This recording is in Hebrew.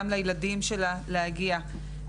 גם לילדים שלה להגיע,